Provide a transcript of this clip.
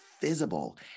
visible